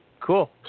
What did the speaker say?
Cool